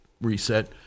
reset